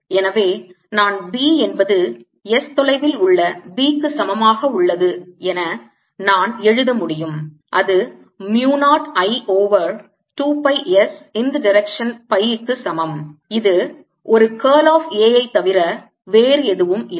எனவே நான் B என்பது s தொலைவில் உள்ள B க்கு சமமாக உள்ளது எ நான் எழுத முடியும் அது mu 0 I over 2 pi s in the dircetion pi க்கு சமம் இது ஒரு curl of A ஐ தவிர வேறு எதுவும் இல்லை